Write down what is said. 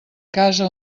casa